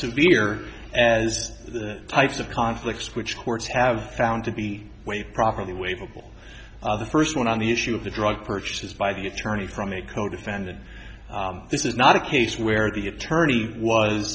severe as the types of conflicts which courts have found to be waived properly waive a bill the first one on the issue of the drug purchases by the attorney from a codefendant this is not a case where the attorney was